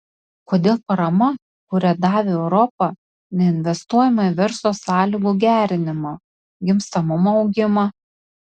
kodėl parama kurią davė europa neinvestuojama į verslo sąlygų gerinimą gimstamumo auginimą